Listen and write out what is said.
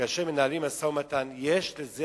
כאשר מנהלים משא-ומתן יש לזה,